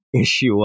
issue